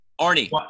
Arnie